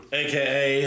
aka